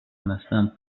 understand